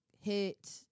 hit